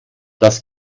das